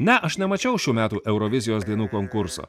ne aš nemačiau šių metų eurovizijos dainų konkurso